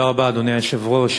אדוני היושב-ראש,